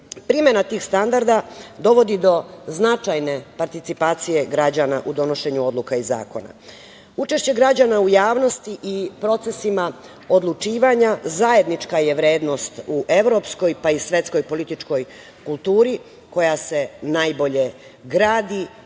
unije. Primena tih standarda dovodi do značajne participacije građana u donošenju odluka i zakona. Učešće građana u javnosti i procesima odlučivanja zajednička je vrednost u evropskoj, pa i svetskoj političkoj kulturi koja se najbolje gradi